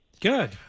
Good